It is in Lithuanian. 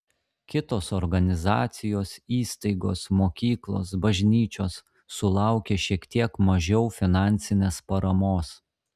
kitos organizacijos įstaigos mokyklos bažnyčios sulaukė šiek tiek mažiau finansinės paramos